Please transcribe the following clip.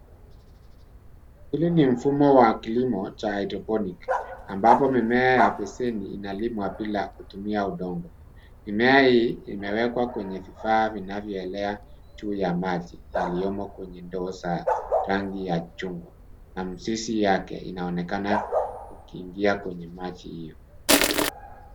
Hili ni mfumo wa kilimo cha haidroponiki ambapo mimea inalimwa bila kutumia udongo. Mimea hii imewekwa kwenye vifaa vinavyoelea juu ya maji yaliomo kwenye ndoo za rangi ya chungwa na mizizi yake inaonekana ikiingia kwenye maji hiyo.